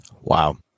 wow